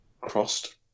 crossed